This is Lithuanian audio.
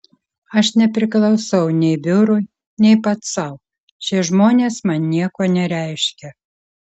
aš nepriklausau nei biurui nei pats sau šie žmonės man nieko nereiškia